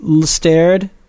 stared